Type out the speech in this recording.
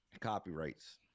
copyrights